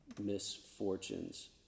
misfortunes